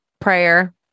prayer